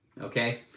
Okay